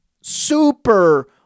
Super